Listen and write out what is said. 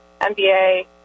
MBA